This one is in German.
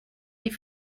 die